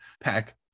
Pack